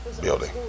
building